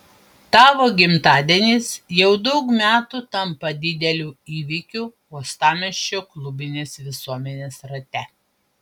tavo gimtadienis jau daug metų tampa dideliu įvykiu uostamiesčio klubinės visuomenės rate